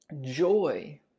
Joy